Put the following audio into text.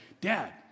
Dad